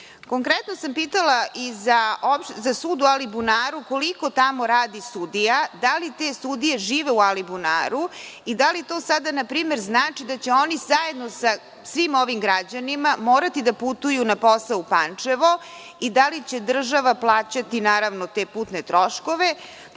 Konkretno sam pitala za sud u Alibunaru koliko tamo radi sudija, da li te sudije žive u Alibunaru i da li to sada znači da će oni zajedno sa svim ovim građanima morati da putuju na posao u Pančevo i da li će država plaćati, naravno te putne troškove